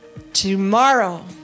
Tomorrow